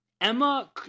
Emma